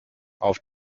auf